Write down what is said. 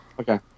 Okay